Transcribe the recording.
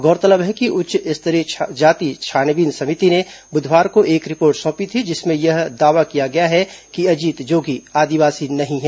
गौरतलब है कि उच्च स्तरीय जाति छानबीन समिति ने बुधवार को एक रिपोर्ट सौंपी थी जिसमें यह दावा किया गया है कि अजीत जोगी आदिवासी नहीं है